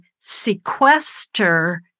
Sequester